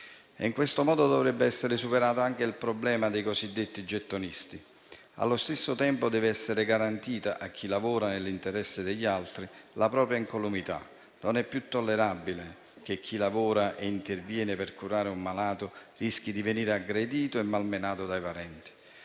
In tal modo, dovrebbe essere superato anche il problema dei cosiddetti gettonisti. Allo stesso tempo deve essere garantita, a chi lavora nell'interesse degli altri, la propria incolumità. Non è più tollerabile che chi lavora e interviene per curare un malato rischi di venire aggredito e malmenato dai parenti.